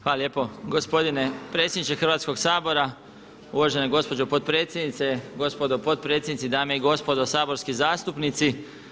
Hvala lijepo, gospodine predsjedniče Hrvatskoga sabora, uvažena gospođo potpredsjednice, gospodo potpredsjednici, dame i gospodo saborski zastupnici.